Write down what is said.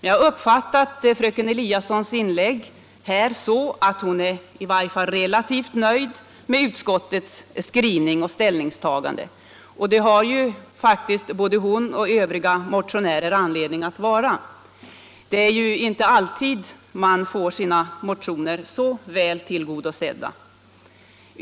Jag har uppfattat fröken Eliassons inlägg här så att hon är i varje fall relativt nöjd med utskottets skrivning och ställningstagande, och det har ju faktiskt både hon och övriga motionärer anledning att vara. Det är inte alltid man får sina motioner så väl tillgodosedda.